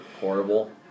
horrible